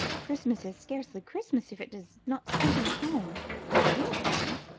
christmas is scarcely christmas if it is not spent in a home a real home.